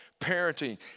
Parenting